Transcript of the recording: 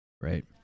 right